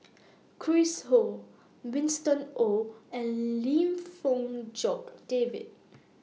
Chris Ho Winston Oh and Lim Fong Jock David